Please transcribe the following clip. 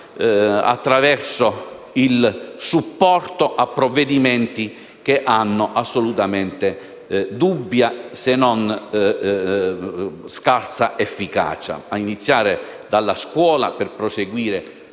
attraverso il supporto a provvedimenti che hanno assolutamente dubbia se non scarsa efficacia, a iniziare da quelli sulla scuola, per proseguire